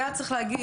היה צריך להגיש,